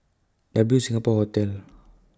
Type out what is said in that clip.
W Singapore Hotel